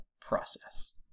process